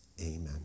amen